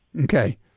Okay